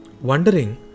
wondering